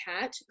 cat